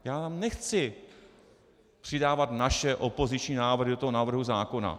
Já nechci přidávat naše opoziční návrhy do toho návrhu zákona.